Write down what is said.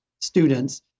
students